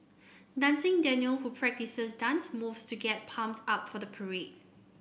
dancing Daniel who practices dance moves to get pumped up for the parade